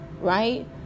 right